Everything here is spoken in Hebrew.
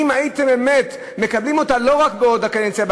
שאם הייתם באמת מקבלים אותו לא רק באותה קדנציה,